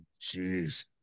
Jeez